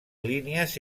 línies